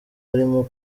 harimo